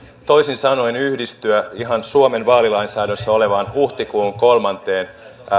toisin sanoen yhdistyä ihan suomen vaalilainsäädännössä olevaan huhtikuun kolmanteen